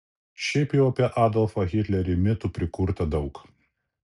šiaip jau apie adolfą hitlerį mitų prikurta daug